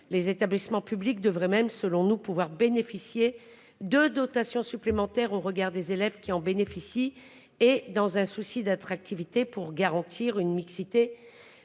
les établissements publics devrait même selon nous pouvoir bénéficier de dotations supplémentaires au regard des élèves qui en bénéficient et dans un souci d'attractivité pour garantir une mixité